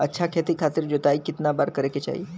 अच्छा खेती खातिर जोताई कितना बार करे के चाही?